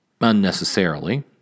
unnecessarily